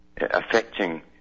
affecting